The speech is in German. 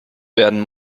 werden